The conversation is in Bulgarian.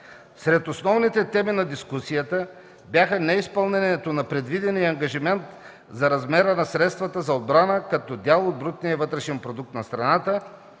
Сред основните теми на дискусията бяха неизпълнението на непредвидения ангажимент за размера на средствата за отбрана като дял от брутния вътрешен продукт на страната,